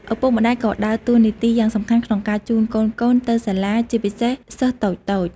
ឪពុកម្តាយក៏ដើរតួនាទីយ៉ាងសំខាន់ក្នុងការជូនកូនៗទៅសាលា ជាពិសេសសិស្សតូចៗ។